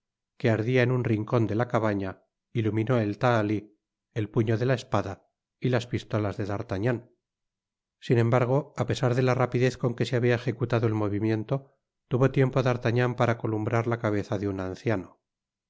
que ardia en un rincon de la cabaña iluminó el tahali el puño de la espada y las pistolasle d'artagnan sin embargo á pesar de la rapidez con que se habia ejecutado el movimiento tuvo tiempo d'artagnan para columbrar la cabeza de un anciano en